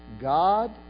God